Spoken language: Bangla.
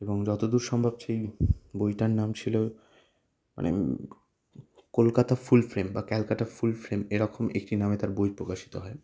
এবং যতদূর সম্ভব সেই বইটার নাম ছিল মানে কলকাতা ফুল ফ্রেম বা ক্যালকাটা ফুল ফ্রেম এরকম একটি নামে তার বই প্রকাশিত হয়